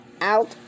out